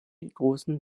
großen